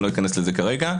אני לא אכנס לזה כרגע.